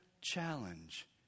challenge